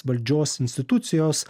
valdžios institucijos